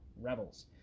Rebels